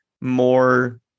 more